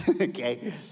Okay